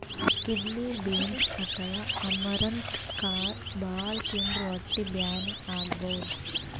kidney beans ಅಥವಾ amaranth ಕಾಳ್ ಭಾಳ್ ತಿಂದ್ರ್ ಹೊಟ್ಟಿ ಬ್ಯಾನಿ ಆಗಬಹುದ್